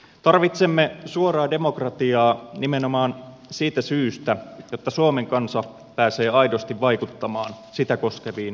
tarvitsemme suoraa demokratiaa nimenomaan siitä syystä että suomen kansa pääsee aidosti vaikuttamaan sitä koskeviin suuriin asioihin